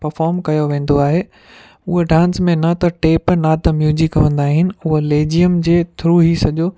perform कयो वेंदो आहे उहे डांस में न त टेप न त म्यूजिक हूंदा आहिनि उहे लेजिअम जे थ्रू ई सॼो